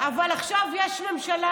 אבל עכשיו יש ממשלה,